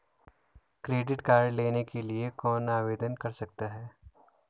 Credit card लेने के लिए कौन आवेदन कर सकता है?